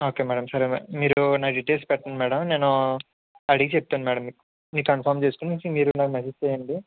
okay madam సరే madam మీరు నా డీటెయిల్స్ పెట్టండి మేడం నేను అడిగి చేప్తాను మేడం మీకు మీకు కన్ఫామ్ చేసుకుని మీరు నాకు మెసెజ్ చేయండి